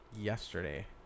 yesterday